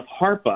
HARPA